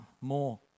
more